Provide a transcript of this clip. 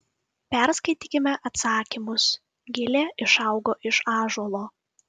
perskaitykime atsakymus gilė išaugo iš ąžuolo